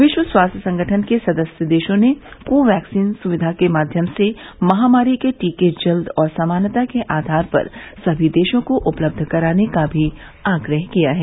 विश्व स्वास्थ्य संगठन के सदस्य देशों ने को वैक्सीन सुविधा के माध्यम से महामारी के टीके जल्द और समानता के आधार पर समी देशों को उपलब्ध कराने का भी आग्रह किया है